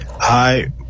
Hi